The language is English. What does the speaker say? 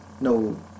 no